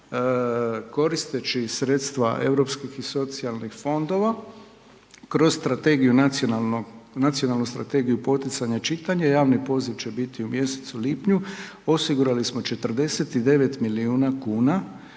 koristeći sredstva europskih i socijalnih fondova kroz nacionalnu strategiju poticanja čitanja javni poziv će biti u mjesecu lipnju, osigurali smo 49 milijuna kuna